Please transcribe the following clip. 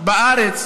בארץ